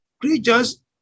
creatures